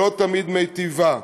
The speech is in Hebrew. שלא תמיד מיטיבה.